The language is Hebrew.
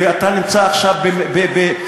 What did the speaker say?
ואתה נמצא עכשיו במהות,